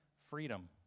freedom